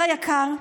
פדר היקר,